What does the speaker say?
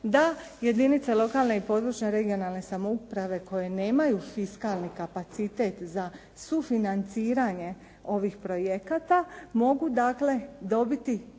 da jedinice lokalne i područne (regionalne) samouprave koje nemaju fiskalni kapacitet za sufinanciranje ovih projekata mogu dakle dobiti